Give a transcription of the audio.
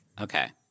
Okay